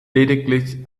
lediglich